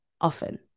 often